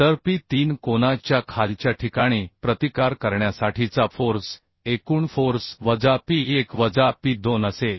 तर P3 कोनाच्या खालच्या ठिकाणी प्रतिकार करण्यासाठीचा फोर्स एकूण फोर्स वजा P1 वजा P2 असेल